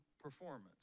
performance